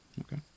okay